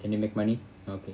and you make money okay